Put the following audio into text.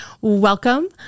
Welcome